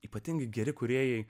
ypatingai geri kūrėjai